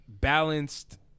balanced